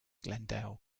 glendale